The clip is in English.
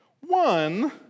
One